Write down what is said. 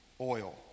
oil